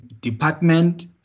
department